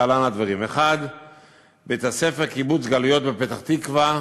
להלן הדברים: 1. בית-הספר "קיבוץ גלויות" בפתח-תקווה,